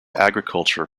agriculture